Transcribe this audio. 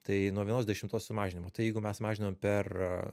tai nuo vienos dešimtos sumažinimo tai jeigu mes mažinam per